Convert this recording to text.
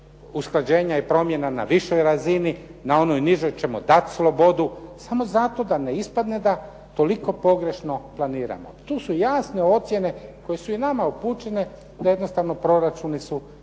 usklađenja i promjena na višoj razini, na onoj nižoj ćemo dati slobodu, samo zato da ne ispadne da toliko pogrešno planiramo. Tu su jasne ocjene koje su i nama upućene da jednostavno proračuni su nedovoljno